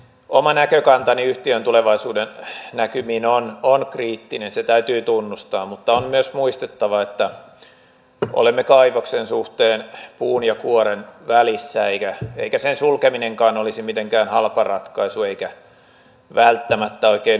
oma näkökantani yhtiön tulevaisuuden näkymiin on kriittinen se täytyy tunnustaa mutta on myös muistettava että olemme kaivoksen suhteen puun ja kuoren välissä eikä sen sulkeminenkaan olisi mitenkään halpa ratkaisu eikä välttämättä oikein ympäristöystävällinenkään